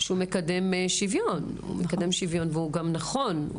שהוא מקדם שוויון והוא גם נכון.